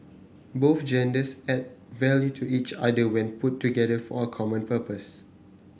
both genders add value to each other when put together for a common purpose